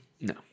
No